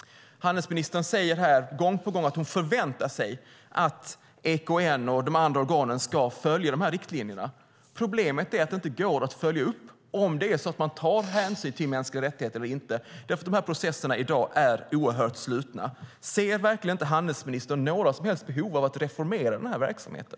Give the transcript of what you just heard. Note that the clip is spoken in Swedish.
Handelsministern säger gång på gång att hon förväntar sig att EKN och de andra organen ska följa de här riktlinjerna. Problemet är att det inte går att följa upp om de tar hänsyn till mänskliga rättigheter eller inte eftersom de här processerna är oerhört slutna i dag. Ser verkligen inte handelsministern några som helst behov av att reformera den här verksamheten?